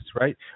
right